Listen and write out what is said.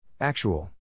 Actual